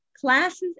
classes